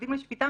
המועמדים לשפיטה